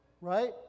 Right